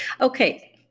Okay